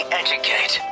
educate